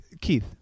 Keith